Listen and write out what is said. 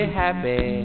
happy